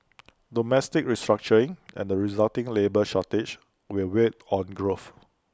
domestic restructuring and the resulting labour shortage will weigh on growth